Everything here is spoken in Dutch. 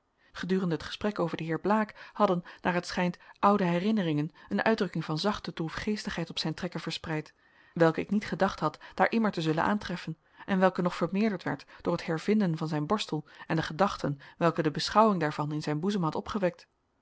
gedurende het gesprek over de heeren blaek hadden naar t schijnt oude herinneringen een uitdrukking van zachte droefgeestigheid op zijne trekken verspreid welke ik niet gedacht had daar immer te zullen aantreffen en welke nog vermeerderd werd door het hervinden van zijn borstel en de gedachten welke de beschouwing daarvan in zijn boezem had opgewekt